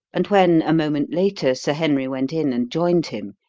and when, a moment later, sir henry went in and joined him,